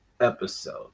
episode